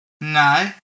No